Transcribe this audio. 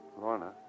Lorna